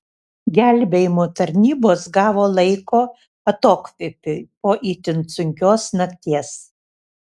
gelbėjimo tarnybos gavo laiko atokvėpiui po itin sunkios nakties